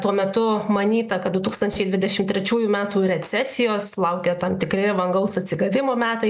tuo metu manyta kad du tūkstančiai dvidešimt trečiųjų metų recesijos laukia tam tikri vangaus atsigavimo metai